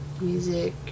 Music